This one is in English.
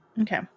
Okay